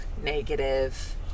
negative